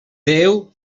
déu